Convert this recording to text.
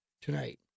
tonight